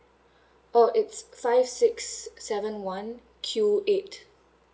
oh it's five six seven one Q eight